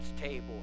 table